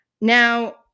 Now